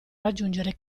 raggiungere